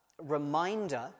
reminder